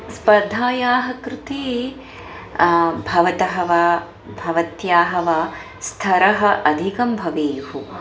स्पर्धायाः कृते भवतः वा भवत्याः वा स्थरः अधिकं भवेयुः